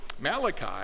Malachi